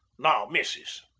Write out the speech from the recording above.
now, missis,